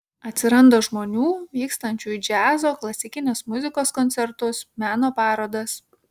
atsiranda žmonių vykstančių į džiazo klasikinės muzikos koncertus meno parodas